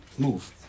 move